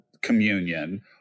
communion